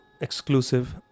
exclusive